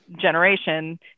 generation